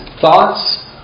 thoughts